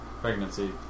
Pregnancy